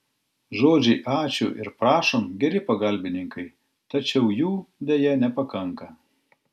žodžiai ačiū ir prašom geri pagalbininkai tačiau jų deja nepakanka